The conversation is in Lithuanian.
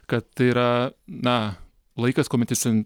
kad tai yra na laikas kuomet jis ten